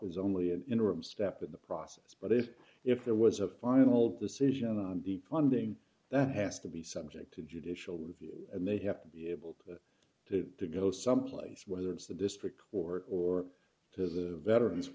was only an interim step in the process but if if there was a final decision on the funding that has to be subject to judicial review and they have to be able to go someplace whether it's the district or or to the veterans